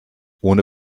ohne